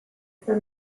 for